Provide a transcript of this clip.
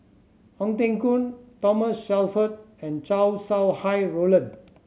Ong Teng Koon Thomas Shelford and Chow Sau Hai Roland